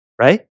right